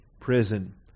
prison